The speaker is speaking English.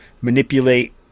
manipulate